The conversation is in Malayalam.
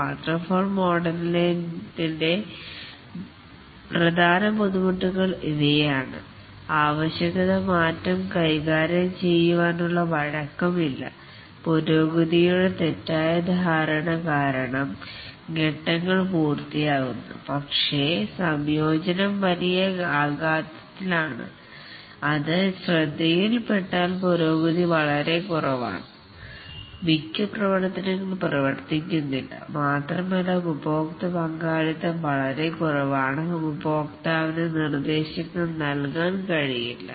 വാട്ടർഫാൾ മോഡലിൻ്റെ പ്രധാന ബുദ്ധിമുട്ടുകൾ ഇവയാണ് ആവശ്യകത മാറ്റം കൈകാര്യം ചെയ്യാനുള്ള വഴക്കം ഇല്ല പുരോഗതിയുടെ തെറ്റായ ധാരണ കാരണം ഫേസ് ങ്ങൾ പൂർത്തിയാകുന്നു പക്ഷേ സംയോജനം വലിയ ആഘാതത്തിൽ ആണ് അത് ശ്രദ്ധയിൽപ്പെട്ടാൽ പുരോഗതി വളരെ കുറവാണ് മിക്ക പ്രവർത്തനങ്ങളും പ്രവർത്തിക്കുന്നില്ല മാത്രമല്ല ഉപഭോക്ത്യ പങ്കാളിത്തം വളരെ കുറവാണ് ഉപഭോക്താവിന് നിർദ്ദേശങ്ങൾ നൽകാൻ കഴിയില്ല